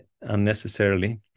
unnecessarily